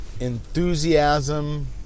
enthusiasm